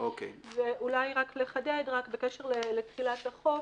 אולי רק לחדד בקשר לתחילת החוק.